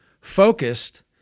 focused